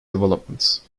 developments